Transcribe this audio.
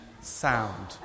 sound